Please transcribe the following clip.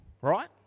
right